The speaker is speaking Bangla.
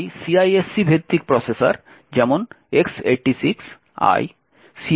তাই CISC ভিত্তিক প্রসেসর যেমন X86